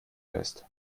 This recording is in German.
fest